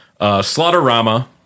Slaughterama